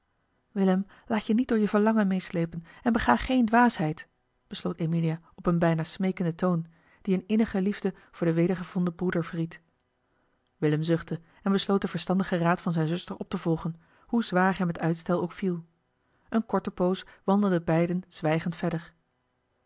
laat je niet door je verlangen meesleepen en bega geen dwaasheid besloot emilia op een bijna smeekenden toon die eene innige liefde voor den wedergevonden broeder verried willem zuchtte en besloot den verstandigen raad van zijne zuster op te volgen hoe zwaar hem het uitstel ook viel eene korte poos wandelden beiden zwijgend verder